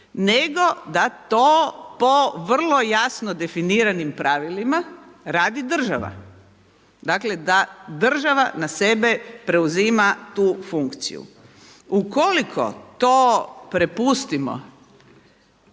nego da to po vrlo jasno definiranim pravilima radi država. Dakle, da država na sebe preuzima tu funkciju. Ukoliko to prepustimo